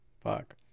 fuck